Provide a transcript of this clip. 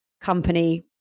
company